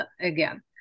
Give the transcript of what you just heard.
again